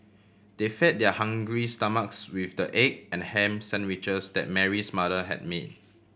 they fed their hungry stomachs with the egg and ham sandwiches that Mary's mother had made